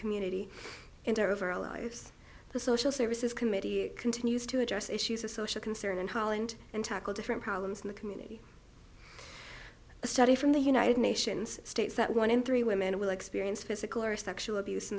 community into over our lives the social services committee continues to address issues of social concern in holland and tackle different problems in the community a study from the united nations states that one in three women will experience physical or sexual abuse in